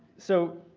so,